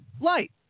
light